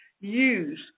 Use